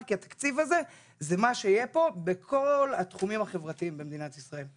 כי התקציב הזה זה מה שיהיה פה בכל התחומים החברתיים במדינת ישראל.